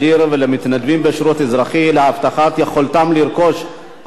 בשירות אזרחי להבטחת יכולתם לרכוש השכלה גבוהה,